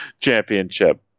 championship